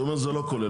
הוא אומר זה לא כולל.